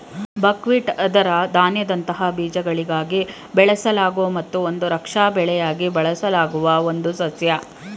buckwheat ಅದರ ಧಾನ್ಯದಂತಹ ಬೀಜಗಳಿಗಾಗಿ ಬೆಳೆಸಲಾಗೊ ಮತ್ತು ಒಂದು ರಕ್ಷಾ ಬೆಳೆಯಾಗಿ ಬಳಸಲಾಗುವ ಒಂದು ಸಸ್ಯ